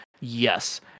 Yes